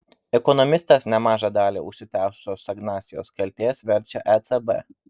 ekonomistas nemažą dalį užsitęsusios stagnacijos kaltės verčia ecb